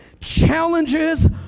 challenges